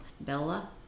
Bella